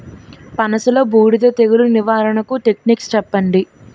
పనస లో బూడిద తెగులు నివారణకు టెక్నిక్స్ చెప్పండి?